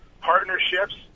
partnerships